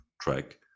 track